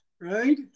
Right